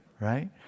right